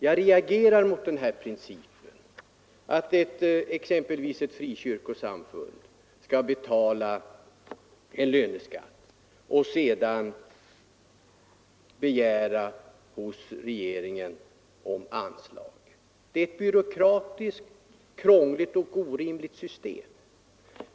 Jag reagerar mot principen att exempelvis ett frikyrkosamfund först skall betala löneskatt och sedan hos regeringen begära anslag. Det är ett byråkratiskt, krångligt och orimligt system.